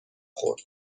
خورد